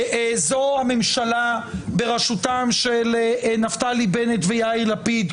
היא הממשלה הקודמת, בראשות נפתלי בנט ויאיר לפיד.